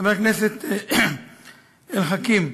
חבר הכנסת אל חכים,